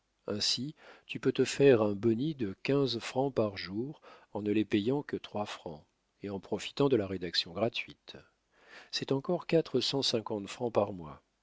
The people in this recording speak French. ainsi tu peux te faire un boni de quinze francs par jour en ne les payant que trois francs et en profitant de la rédaction gratuite c'est encore quatre cent cinquante francs par mois